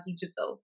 digital